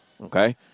Okay